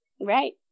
Right